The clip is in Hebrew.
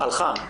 על חם?